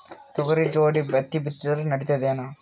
ತೊಗರಿ ಜೋಡಿ ಹತ್ತಿ ಬಿತ್ತಿದ್ರ ನಡಿತದೇನು?